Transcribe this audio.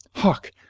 hark!